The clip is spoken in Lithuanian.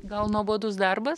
gal nuobodus darbas